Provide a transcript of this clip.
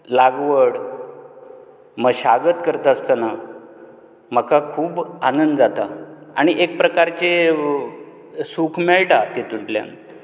लागवड मशागत करता आसतना म्हाका खूब आनंद जाता आनी एक प्रकारचें सुख मेळटा तितूंतल्यान